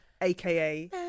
aka